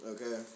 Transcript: Okay